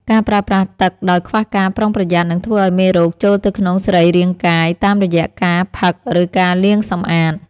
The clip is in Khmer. ការប្រើប្រាស់ទឹកដោយខ្វះការប្រុងប្រយ័ត្ននឹងធ្វើឱ្យមេរោគចូលទៅក្នុងសរីរាង្គកាយតាមរយៈការផឹក ឬការលាងសម្អាត។